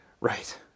Right